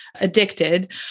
addicted